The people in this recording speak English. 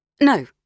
No